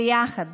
ביחד